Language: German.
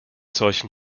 solchen